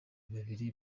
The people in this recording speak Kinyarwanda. babiri